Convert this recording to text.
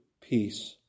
peace